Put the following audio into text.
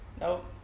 Nope